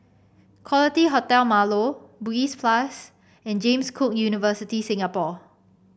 Quality Hotel Marlow Bugis Plus and James Cook University Singapore